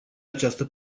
această